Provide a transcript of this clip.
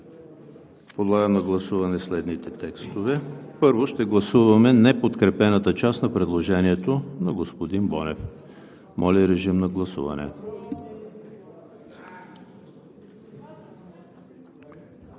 Подлагам на гласуване следните текстове: Първо ще гласуваме неподкрепената част на предложението на господин Бонев. Гласували